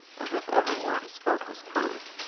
as if every word he spoke was truth,